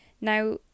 Now